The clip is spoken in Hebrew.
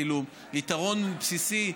כאילו יתרון בסיסי,